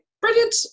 brilliant